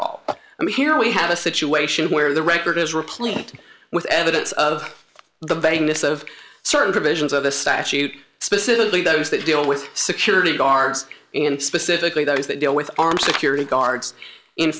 and here we have a situation where the record is replete with evidence of the vagueness of certain provisions of the statute specifically those that deal with security guards and specifically those that deal with armed security guards in